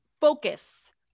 focus